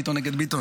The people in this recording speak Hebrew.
ביטון נגד ביטון?